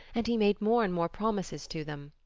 and he made more and more promises to them.